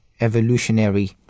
Evolutionary